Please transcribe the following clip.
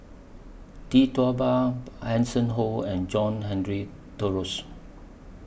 Tee Tua Ba Hanson Ho and John Henry Duclos